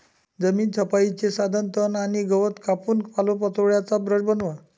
जमीन छपाईचे साधन तण आणि गवत कापून पालापाचोळ्याचा ब्रश बनवा